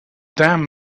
damn